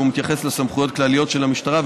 והוא מתייחס לסמכויות כלליות של המשטרה,